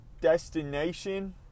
destination